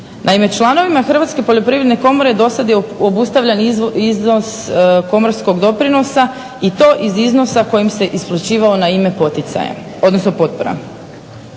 Naime članovima Hrvatske poljoprivredne komore do sada je obustavljen iznos komorskog doprinosa i to iz iznosa kojim se isplaćivao na ime potpora.